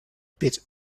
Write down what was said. pit